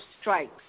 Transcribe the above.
strikes